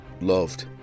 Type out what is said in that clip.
loved